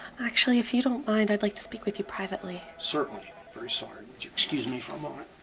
actually, if you don't mind, i'd like to speak with you privately. certainly, very sort of you excuse me for a moment?